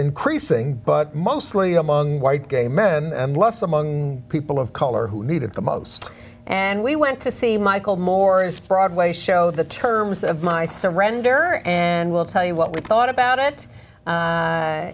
increasing but mostly among white gay men and less among people of color who need it the most and we went to see michael moore's broadway show the terms of my surrender and we'll tell you what we thought about it